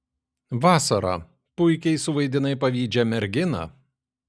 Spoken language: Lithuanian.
vasara puikiai suvaidinai pavydžią merginą